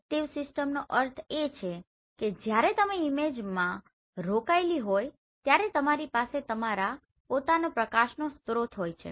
સક્રિય સિસ્ટમનો અર્થ એ છે કે જ્યારે તમે ઇમેજિંગમાં રોકાયેલા હોય ત્યારે તમારી પાસે તમારા પોતાના પ્રકાશનો સ્રોત હોય છે